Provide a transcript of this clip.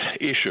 issue